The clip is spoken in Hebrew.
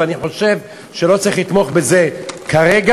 ואני חושב שלא צריך לתמוך בזה כרגע,